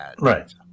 Right